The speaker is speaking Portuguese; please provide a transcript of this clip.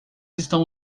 estão